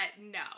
no